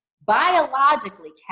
biologically